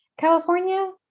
California